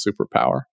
superpower